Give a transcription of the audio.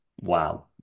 Wow